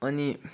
अनि